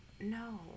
no